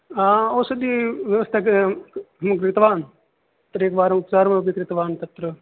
औषधिव्यवस्थाम् अहं कृतवान् तर्हि एकवारं उपचारमपि कृतवान् तत्र